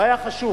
והיה חשוב